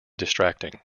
distracting